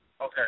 Okay